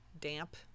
damp